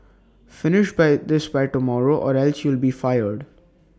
finish by this by tomorrow or else you'll be fired